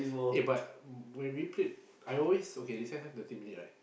eh but when we played I always okay recess time thirty minute right